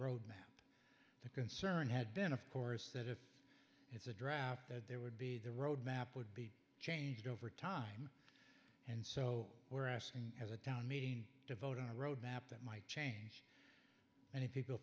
road map the concern had been of course that if it's a draft that there would be the road map would be changed over time and so we're asking as a town meeting to vote on a road map that might change and if people